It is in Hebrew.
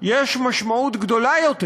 יש משמעות גדולה יותר,